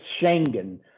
Schengen